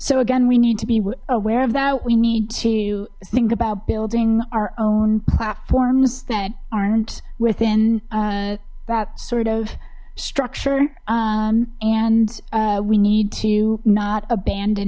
so again we need to be aware of that we need to think about building our own platforms that aren't within that sort of structure and we need to not abandon